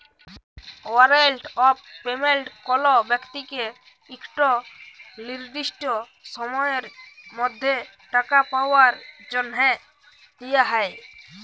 warrant of payment কল ব্যক্তিকে ইকট লিরদিসট সময়ের মধ্যে টাকা পাউয়ার জ্যনহে দিয়া হ্যয়